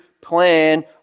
plan